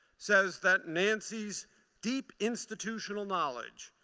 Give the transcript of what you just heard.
says that nancy's deep institutional knowledge,